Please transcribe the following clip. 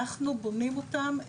אנחנו בונים אותם.